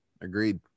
Agreed